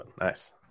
nice